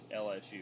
LSU